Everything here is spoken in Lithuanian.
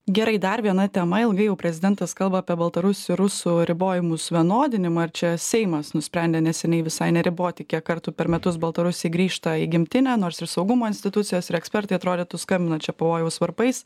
gerai dar viena tema ilgai jau prezidentas kalba apie baltarusių rusų ribojimus vienodinimą ar čia seimas nusprendė neseniai visai neriboti kiek kartų per metus baltarusiai grįžta į gimtinę nors ir saugumo institucijos ir ekspertai atrodytų skambina čia pavojaus varpais